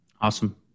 Awesome